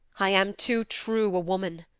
i am too true a woman!